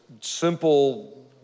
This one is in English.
simple